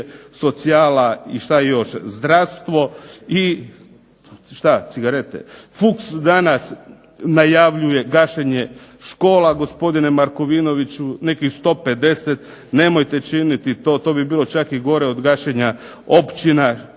socijala, i šta još zdravstvo i šta cigarete. Fuchs danas najavljuje gašenje škola, gospodine Markovinoviću nekih 150. Nemojte činiti to, to bi bilo čak i gore od gašenja općina.